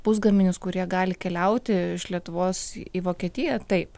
pusgaminius kurie gali keliauti iš lietuvos į vokietiją taip